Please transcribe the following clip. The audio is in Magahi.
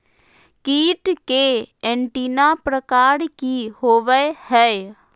कीट के एंटीना प्रकार कि होवय हैय?